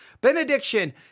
Benediction